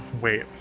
Wait